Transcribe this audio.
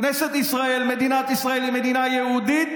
כנסת ישראל, מדינת ישראל היא מדינה יהודית